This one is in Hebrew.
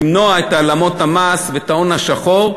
למנוע את העלמות המס ואת ההון השחור,